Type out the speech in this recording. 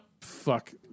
fuck